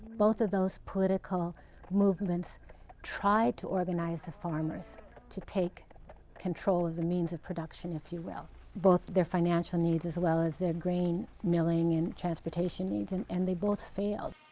both of those political movements tried to organize the farmers to take control of the means of production, if you will both their financial needs as well as their grain milling and transportation needs, and and they both failed.